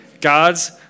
God's